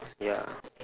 ya